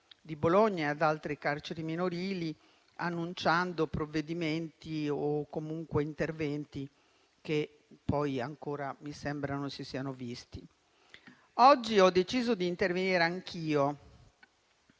di Bologna e ad altri carceri minorili annunciando provvedimenti o comunque interventi che poi ancora mi sembrano non si siano visti. Oggi ho deciso di intervenire anch'io